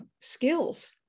skills